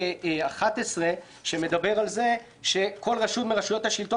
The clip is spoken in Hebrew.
11 שמדבר על זה שכל רשות מרשויות השלטון